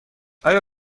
آیا